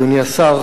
אדוני השר,